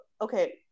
okay